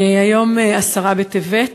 היום, עשרה בטבת,